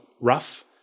rough